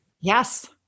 Yes